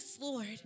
Lord